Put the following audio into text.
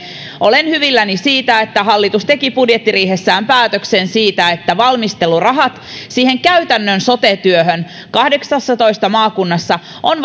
olen hyvilläni siitä että hallitus teki budjettiriihessään päätöksen että valmistelurahat käytännön sote työhön kahdeksassatoista maakunnassa on